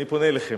אני פונה אליכם.